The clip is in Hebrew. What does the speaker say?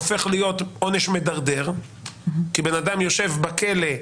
הופך להיות עונש מדרדר כי בן אדם יושב בכלא,